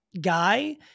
guy